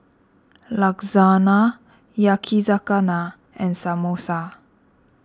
Lasagna Yakizakana and Samosa